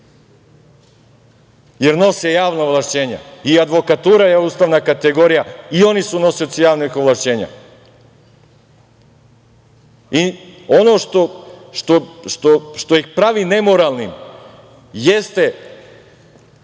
jer nose javna ovlašćenja i advokatura je ustavna kategorija i oni su nosioci javnih ovlašćenja. Ono što ih pravi nemoralnim jeste